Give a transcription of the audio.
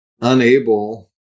unable